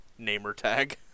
Namertag